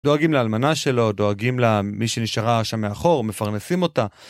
דואגים לאלמנה שלו, דואגים למי שנשארה שם מאחור, מפרנסים אותה.